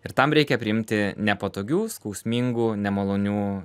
ir tam reikia priimti nepatogių skausmingų nemalonių